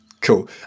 Cool